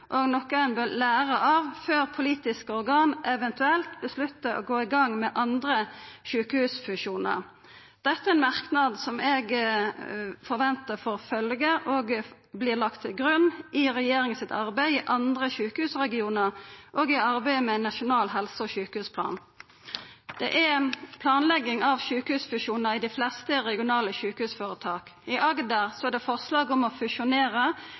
og noe man bør ta lærdom av før politiske organer eventuelt beslutter å gå i gang med andre sykehusfusjoner». Dette er ein merknad som eg forventar får følgjer og blir lagd til grunn i regjeringa sitt arbeid i andre sjukehusregionar og i arbeidet med ein nasjonal helse- og sjukehusplan. Det er planlegging av sjukehusfusjonar i dei fleste regionale sjukehusføretaka. I Agder er det forslag om å fusjonera